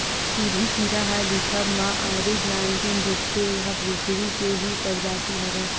सुरही कीरा ह दिखब म आरुग नानकुन दिखथे, ऐहा भूसड़ी के ही परजाति हरय